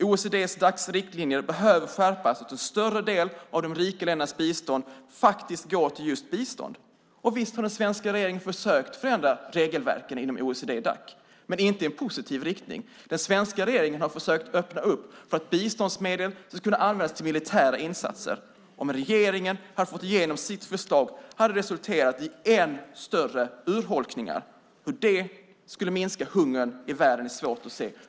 OECD-Dac:s riktlinjer behöver skärpas så att en större del av de rika ländernas bistånd faktiskt går till just bistånd. Visst har den svenska regeringen försökt att förändra regelverken inom OECD-Dac men inte i en positiv riktning. Den svenska regeringen har försökt öppna upp för att biståndsmedel ska kunna användas till militära insatser. Om regeringen hade fått igenom sitt förslag hade det resulterat i än större urholkningar. Hur det skulle minska hungern i världen är svårt att se.